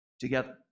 together